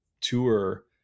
tour